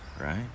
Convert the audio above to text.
right